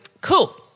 Cool